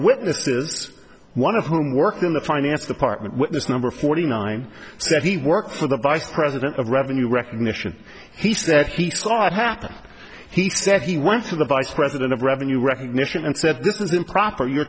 witnesses one of whom worked in the finance department witness number forty nine said he worked for the vice president of revenue recognition he said he saw it happen he said he went through the vice president of revenue recognition and said this is improper you're